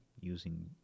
using